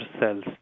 cells